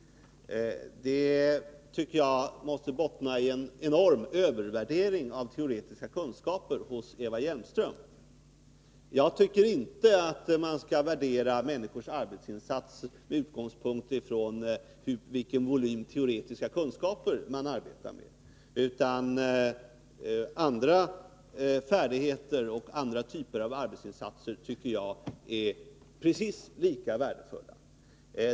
Det uttalandet förefaller mig bottna i en enorm övervärdering från Eva Hjelmströms sida av teoretiska kunskaper. Jag tycker inte att man skall värdera människors arbetsinsatser med utgångspunkt i vilken volym av teoretiska kunskaper de arbetar med. Andra färdigheter — och olika typer av arbetsinsatser — är precis lika värdefulla.